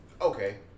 Okay